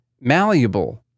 malleable